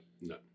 No